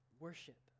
Worship